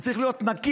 הוא צריך להיות נקי.